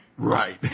Right